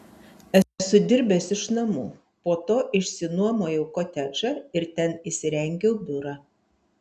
esu dirbęs iš namų po to išsinuomojau kotedžą ir ten įsirengiau biurą